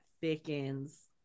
thickens